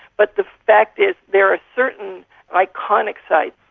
but the fact is there are certain iconic sites,